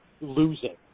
losing